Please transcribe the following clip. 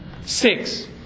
Six